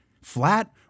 Flat